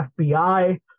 FBI